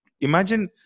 Imagine